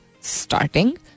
starting